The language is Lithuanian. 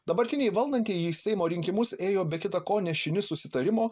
dabartiniai valdantieji į seimo rinkimus ėjo be kita ko nešini susitarimo